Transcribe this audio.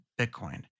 Bitcoin